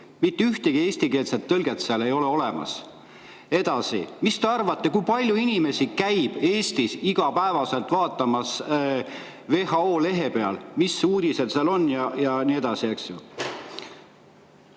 mitte ühtegi eestikeelset tõlget seal ei ole olemas. Edasi: mis te arvate, kui palju inimesi käib Eestis igapäevaselt vaatamas WHO lehe peal, mis uudised seal on, ja nii edasi?